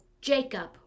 jacob